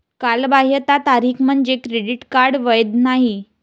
कालबाह्यता तारीख म्हणजे क्रेडिट कार्ड वैध नाही